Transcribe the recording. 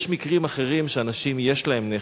יש מקרים אחרים שיש לאנשים נכס,